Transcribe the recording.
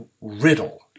Riddle